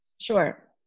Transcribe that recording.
Sure